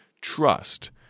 trust